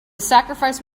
sacrifice